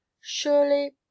Surely